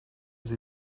sie